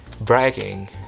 bragging